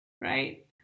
right